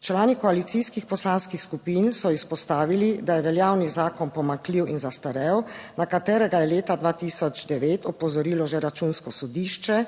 Člani koalicijskih poslanskih skupin so izpostavili, da je veljavni zakon pomanjkljiv in zastarel, na katerega je leta 2009 opozorilo že Računsko sodišče,